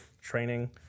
training